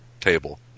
table